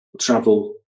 travel